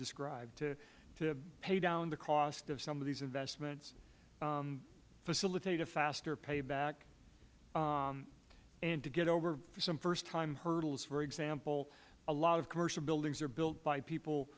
described to pay down the cost of some of these investments facilitate a faster payback and to get over some first time hurdles for example a lot of commercial buildings are built by people